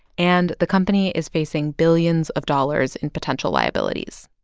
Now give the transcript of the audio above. and the company is facing billions of dollars in potential liabilities.